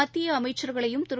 மத்திய அமைச்சர்களையும் திரு